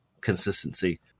consistency